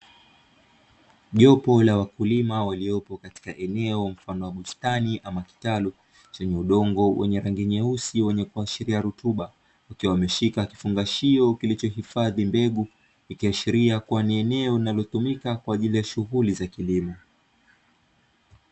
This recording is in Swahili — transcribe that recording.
Jopo la wakulima waliopo katika eneo mfano wa bustani ama kitalu chenye udongo wenye rangi nyeusi wenye kuashiria rutuba, ikiwa wameshika kifungashio kilichohifadhi mbegu, ikiashiria kuwa ni eneo linalotumika kwa ajili ya shughuli za kilimo.